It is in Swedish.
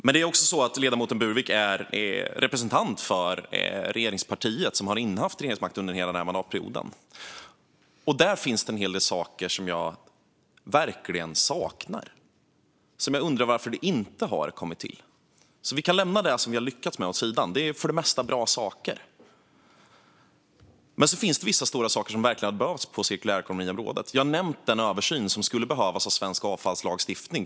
Men det är också så att ledamoten Burwick är representant för det parti som har innehaft regeringsmakten under hela denna mandatperiod. Det finns en hel del saker som jag verkligen saknar. Jag undrar varför de inte har kommit till. Vi kan lämna det som vi har lyckats med åt sidan - det är för det mesta bra saker. Det är vissa stora saker som verkligen hade behövts på området cirkulär ekonomi. Jag har nämnt den översyn som skulle behövas av svensk avfallslagstiftning.